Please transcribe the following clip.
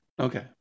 okay